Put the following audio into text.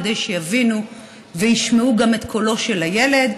כדי שיבינו וישמעו גם את קולו של הילד.